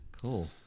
Cool